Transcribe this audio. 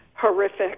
horrific